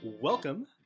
Welcome